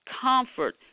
comfort